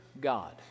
God